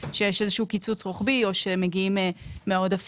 שיש איזה שהוא קיצוץ רוחבי או שמגיעים מהעודפים.